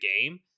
game